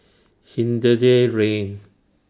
Hindhede Rain